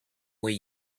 way